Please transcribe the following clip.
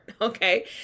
okay